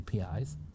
APIs